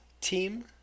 team